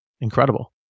Incredible